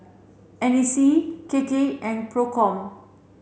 N A C K K and PROCOM